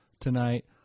tonight